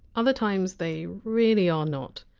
other times, they really are not.